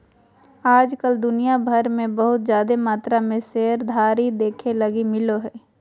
आज कल दुनिया भर मे बहुत जादे मात्रा मे शेयरधारी देखे लगी मिलो हय